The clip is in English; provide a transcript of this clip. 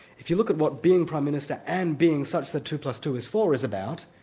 if you look at what being prime minister and being such that two plus two is four is about,